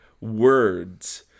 words